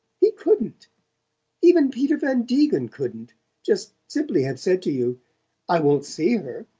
he couldn't even peter van degen couldn't just simply have said to you i wont see her